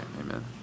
amen